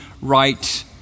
right